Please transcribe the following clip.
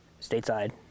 stateside